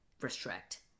restrict